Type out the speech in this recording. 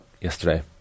Yesterday